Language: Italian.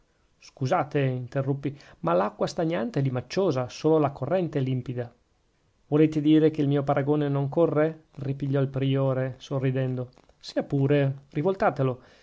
scusate interruppi ma l'acqua stagnante è limacciosa solo la corrente è limpida volete dire che il mio paragone non corre ripigliò il priore sorridendo sia pure rivoltatelo